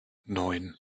neun